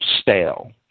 stale